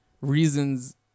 Reason's